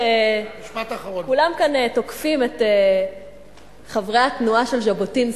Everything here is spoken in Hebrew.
כולם כאן תוקפים את חברי התנועה של ז'בוטינסקי.